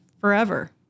forever